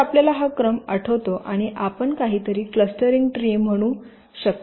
तर आपल्याला हा क्रम आठवतो आणि आपण काहीतरी क्लस्टरिंग ट्री म्हणू शकता